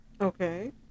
Okay